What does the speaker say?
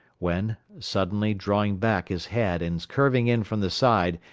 when, suddenly drawing back his head and curving in from the side,